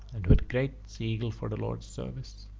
and had great zeal for the lord's service.